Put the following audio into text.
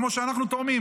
כמו שאנחנו תורמים.